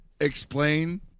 explain